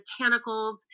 botanicals